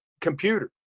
computer